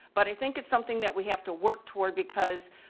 but i think it's something that we have to work toward because,